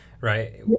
Right